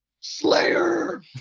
Slayer